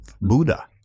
Buddha